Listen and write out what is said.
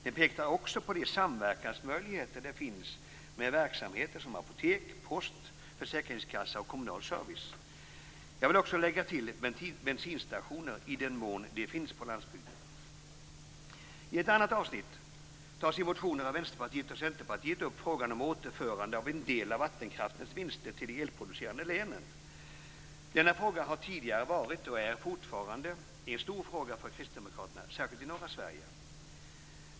Den pekar också på de samverkansmöjligheter det finns med verksamheter som apotek, post, försäkringskassa och kommunal service. Jag vill också lägga till bensinstationer i den mån de finns. I ett annat avsnitt tas i motioner av Vänsterpartiet och Centerpartiet upp frågan om återförande av en del av vattenkraftens vinster till de elproducerande länen. Denna fråga har tidigare varit och är fortfarande en stor fråga för kristdemokraterna, särskilt i norra Sverige.